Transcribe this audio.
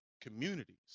communities